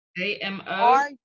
A-M-O